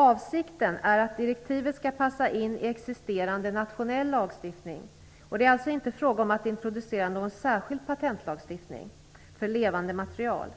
Avsikten är att direktivet skall passa in i existerande nationell lagstiftning. Det är alltså inte fråga om att introducera någon särskild patentlagstiftning för levande material.